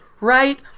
Right